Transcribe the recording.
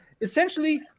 essentially